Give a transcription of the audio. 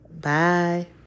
Bye